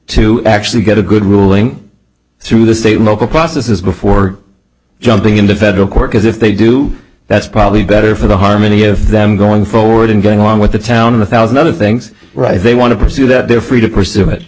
to actually get a good ruling through the state or local processes before jumping into federal court because if they do that's probably better for the harmony of them going forward and going along with the town in a thousand other things right if they want to pursue that they're free to pursue it